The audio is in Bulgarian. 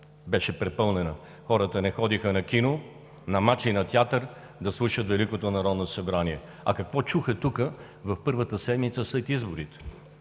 беше препълнена. Хората не ходеха на кино, на мач и на театър – да слушат Великото народно събрание. А какво чуха тук в първата седмица след изборите?